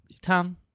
Tom